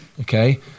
okay